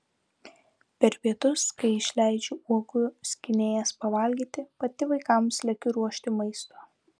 per pietus kai išleidžiu uogų skynėjas pavalgyti pati vaikams lekiu ruošti maisto